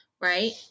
Right